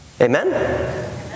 Amen